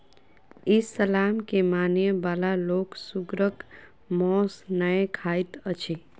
इस्लाम के मानय बला लोक सुगरक मौस नै खाइत अछि